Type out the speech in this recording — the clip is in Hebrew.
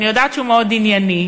ואני יודעת שהוא מאוד ענייני.